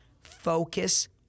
Focus